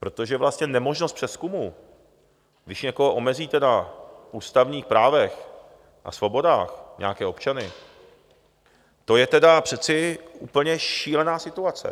protože vlastně nemožnost přezkumu, když někoho omezíte na ústavních právech a svobodách, nějaké občany, to je tedy přeci šílená situace.